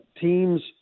teams –